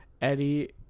Eddie